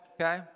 okay